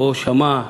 או שמע.